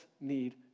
need